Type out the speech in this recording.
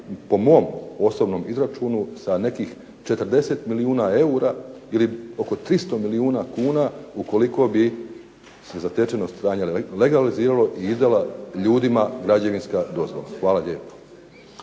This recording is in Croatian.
po mom osobnom izračunu sa nekih 40 milijuna eura ili oko 300 milijuna kuna ukoliko bi se zatečeno stanje legaliziralo i izdala ljudima građevinska dozvola. Hvala lijepo.